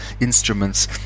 instruments